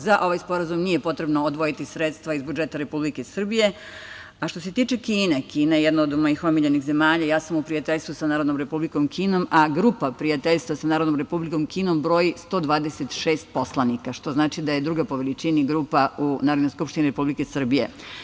Za ovaj sporazum nije potrebno odvojiti sredstva iz budžeta Republike Srbije, a što se tiče Kine, Kina je jedna od mojih omiljenih zemalja i ja sam u prijateljstvu sa Narodnom Republikom Kinom, a grupa prijateljstva sa Narodnom Republikom Kinom broji 126 poslanika, što znači da je druga po veličini grupa u Narodnoj skupštini Republike Srbije.